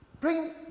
bring